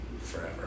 forever